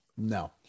No